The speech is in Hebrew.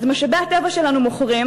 אז את משאבי הטבע שלנו מוכרים,